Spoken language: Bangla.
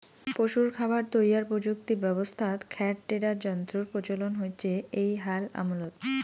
পশুর খাবার তৈয়ার প্রযুক্তি ব্যবস্থাত খ্যার টেডার যন্ত্রর প্রচলন হইচে এ্যাই হাল আমলত